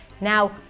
Now